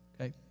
okay